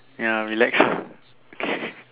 ya relax ah okay